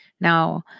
Now